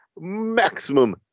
maximum